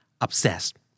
Obsessed